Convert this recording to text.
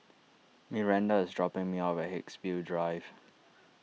Myranda is dropping me off at Haigsville Drive